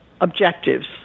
objectives